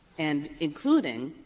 and including,